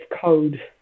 Code